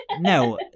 No